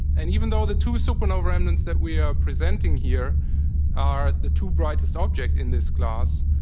and even though the two supernova remnants that we are presenting here are the two brightest objects in this class,